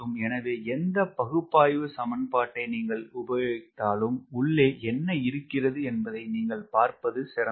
எனவே எந்த பகுப்பாய்வு சமன்பாடை நீங்கள் உபயோகித்தாலும் உள்ளே என்ன இருக்கிறது என்பதை நீங்கள் பார்ப்பது சிறந்தது